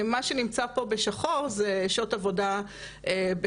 מה שנמצא פה בשחור זה שעות עבודה בשבוע.